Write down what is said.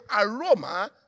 aroma